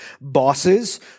bosses